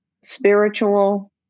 spiritual